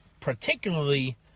particularly